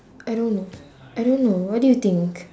I don't know I don't know what do you think